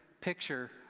picture